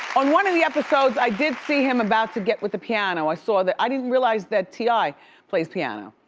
on one of the episodes, i did see him about to get with the piano. i saw that, i didn't' realize that ti plays piano,